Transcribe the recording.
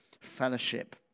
fellowship